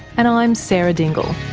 and i'm sarah dingle